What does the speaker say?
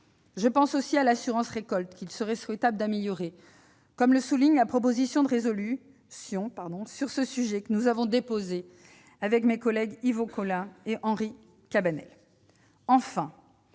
Je pense aussi à l'assurance récolte, qu'il serait souhaitable d'améliorer, comme le souligne la proposition de résolution sur ce sujet que j'ai déposée avec mes collègues Yvon Collin et Henri Cabanel.